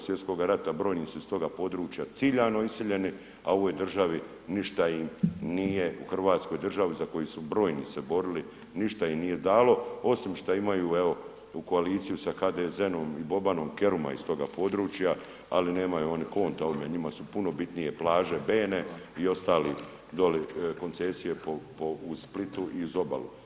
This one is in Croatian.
Sv. rata brojni su s toga područja ciljano iseljeni, a u ovoj državni ništa im nije, u hrvatskoj državi za koju se brojni se borili, ništa im nije dalo, osim što imaju, evo, u koaliciju sa HDZ-om, i Bobanom Keruma iz toga područja, ali nemaju oni konta ovome, njima su puno bitnije plaže bene i ostali doli koncesije po, u Splitu i uz obalu.